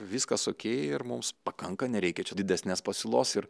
viskas okei ir mums pakanka nereikia čia didesnės pasiūlos ir